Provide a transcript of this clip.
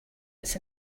it’s